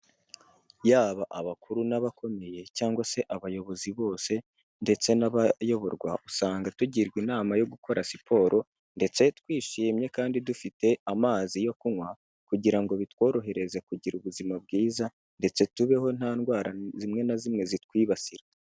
Yaba abakuru n'abakomeye. Cyangwa se abayobozi bose ndetse n'abayoborwa, usanga tugirwa inama yo gukora siporo, ndetse twishimye kandi dufite amazi yo kunywa, kugira ngo bitworohereze kugira ubuzima bwiza, ndetse tubeho nta ndwara zimwe na zimwe zitwibasira.